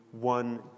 one